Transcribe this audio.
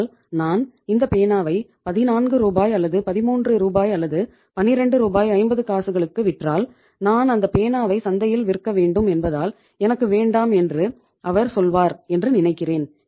ஆனால் நான் இந்தப் பேனாவை 14 ரூபாய் அல்லது 13 ரூபாய் அல்லது 12 ரூபாய் 50 காசுகளுக்கு விற்றால் நான் அந்த பேனாவை சந்தையில் விற்க வேண்டும் என்பதால் எனக்கு வேண்டாம் என்று அவர் சொல்வார் என்று நினைக்கிறேன்